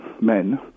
men